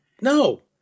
no